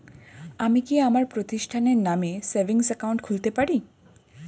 আমি কি আমার প্রতিষ্ঠানের নামে সেভিংস একাউন্ট খুলতে পারি?